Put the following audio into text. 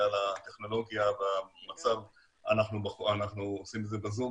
בגלל הטכנולוגיה והמצב אנחנו עושים את זה בזום,